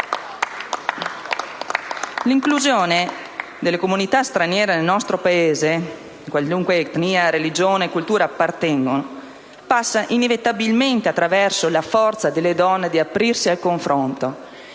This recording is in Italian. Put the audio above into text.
L'inclusione delle comunità straniere nel nostro Paese, a qualunque etnia, religione e cultura appartengano, passa inevitabilmente attraverso la forza delle donne di aprirsi al confronto.